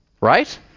right